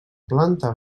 planta